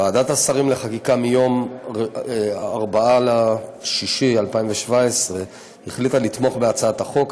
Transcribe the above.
ועדת השרים לחקיקה החליטה ביום 4 ביוני 2017 לתמוך בהצעת החוק.